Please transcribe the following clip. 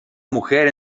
mujer